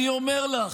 אני אומר לך,